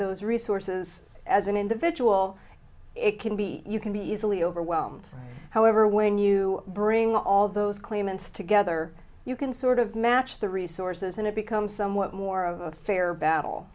those resources as an individual it can be you can be easily overwhelmed however when you bring all those claimants together you can sort of match the resources and it becomes somewhat more of a fair battle